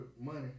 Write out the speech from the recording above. money